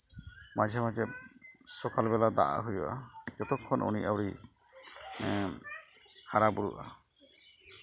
ᱢᱟᱡᱷᱮ ᱢᱟᱡᱷᱮ ᱥᱚᱠᱟᱞ ᱵᱮᱞᱟ ᱫᱟᱜᱼᱟᱜ ᱦᱩᱭᱩᱜᱼᱟ ᱦᱩᱭᱩᱜᱼᱟ ᱡᱚᱛᱚ ᱠᱷᱚᱱ ᱩᱱᱤ ᱟᱹᱣᱨᱤ ᱦᱟᱨᱟᱼᱵᱩᱨᱩᱜᱼᱟ